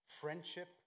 friendship